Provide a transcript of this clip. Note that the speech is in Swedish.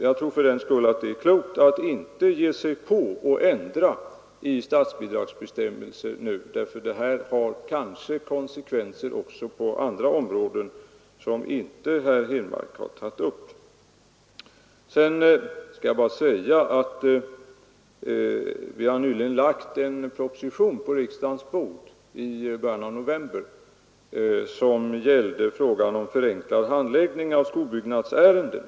Jag tror fördenskull att det är klokt att inte nu ändra i statsbidragsbestämmelserna för det kanske får konsekvenser också på andra områden som herr Henmark inte har berört. Sedan skall jag bara tillägga att vi har i början av november lagt en proposition på riksdagens bord som gäller frågan om förenklad handläggning av skolbyggnadsärenden.